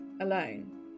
alone